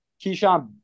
Keyshawn